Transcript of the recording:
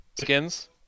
Skins